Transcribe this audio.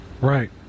Right